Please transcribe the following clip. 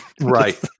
Right